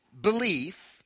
Belief